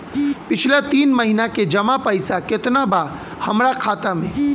पिछला तीन महीना के जमा पैसा केतना बा हमरा खाता मे?